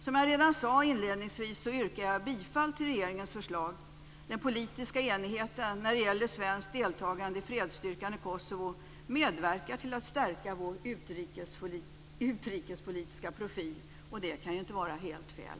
Som jag sade redan inledningsvis yrkar jag bifall till regeringens förslag. Den politiska enigheten när det gäller svenskt deltagande i fredsstyrkan i Kosovo medverkar till att stärka vår utrikespolitiska profil, och det kan ju inte vara helt fel.